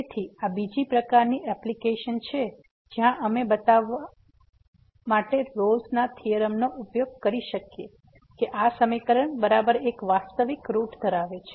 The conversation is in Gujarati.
તેથી આ બીજી પ્રકારની એપ્લિકેશન છે કે જ્યાં અમે બતાવવા માટે રોલ્સRolle's ના થીયોરમનો ઉપયોગ કરી શકીએ કે આ સમીકરણ બરાબર એક વાસ્તવિક રૂટ ધરાવે છે